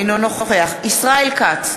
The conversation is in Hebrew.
אינו נוכח ישראל כץ,